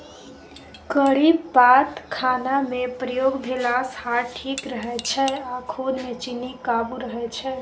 करी पात खानामे प्रयोग भेलासँ हार्ट ठीक रहै छै आ खुनमे चीन्नी काबू रहय छै